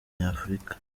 nyafurika